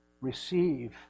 receive